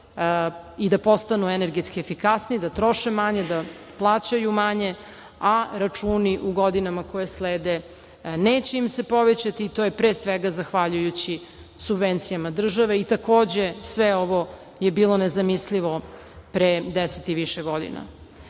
i da postanu energetski efikasniji, da troše manje, da plaćaju manje, a računi u godinama koje slede neće im se povećati. To je pre svega zahvaljujući subvencijama države i takođe sve ovo je bilo nezamislivo pre 10 i više godina. Kada